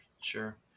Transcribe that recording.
Sure